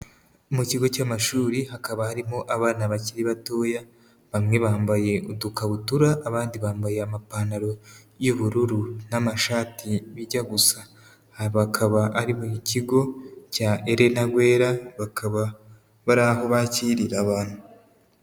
Mu kigo cy'amashuri hakaba harimo abana bakiri batoya, bamwe bambaye udukabutura abandi bambaye amapantaro y'ubururu n'amashati bijya gusa, bakaba bari mu kigo cya Elena Guerra, bakaba bari aho bakirira abantu.